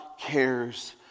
cares